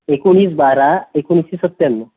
एकोणीस बारा एकोणीसशे सत्त्याण्णव